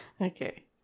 Okay